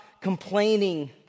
complaining